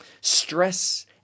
stress